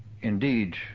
Indeed